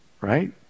right